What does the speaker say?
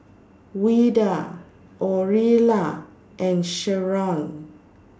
Ouida Orilla and Sherron